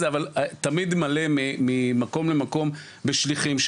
תמיד מלא ממקום למקום בשליחים,